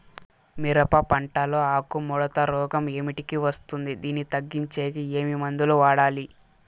మిరప పంట లో ఆకు ముడత రోగం ఏమిటికి వస్తుంది, దీన్ని తగ్గించేకి ఏమి మందులు వాడాలి?